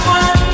one